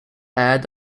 aired